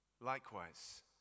Likewise